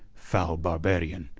foul barbarian!